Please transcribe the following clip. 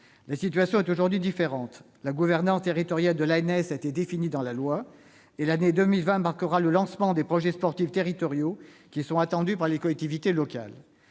La situation est aujourd'hui différente : la gouvernance territoriale de l'ANS a été définie dans la loi et l'année 2020 marquera le lancement des projets sportifs territoriaux qui sont attendus par les collectivités locales.